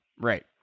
Right